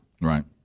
Right